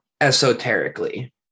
esoterically